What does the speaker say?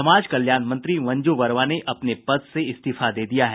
समाज कल्याण मंत्री मंजू वर्मा ने अपने पद से इस्तीफा दे दिया है